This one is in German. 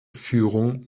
führung